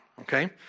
okay